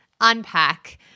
unpack